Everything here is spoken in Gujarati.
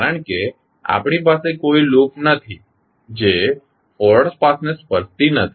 કારણ કે આપણી પાસે કોઈ લૂપ નથી જે ફોરવર્ડ પાથને સ્પર્શતી નથી